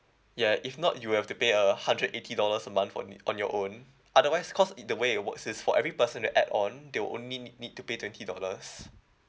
ya if not you'll have to pay a hundred eighty dollars a month for it on your own otherwise cause it the way it works is for every person that add on they'll only need need to pay twenty dollars